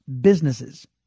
businesses